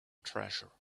treasure